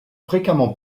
fréquemment